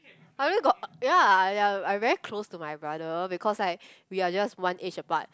I only got ya ya I very close to my brother because like we are just one age apart